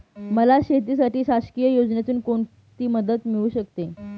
मला शेतीसाठी शासकीय योजनेतून कोणतीमदत मिळू शकते?